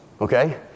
Okay